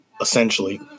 essentially